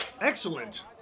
Excellent